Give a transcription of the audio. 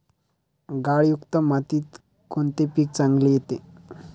गाळयुक्त मातीत कोणते पीक चांगले येते?